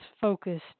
focus